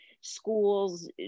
schools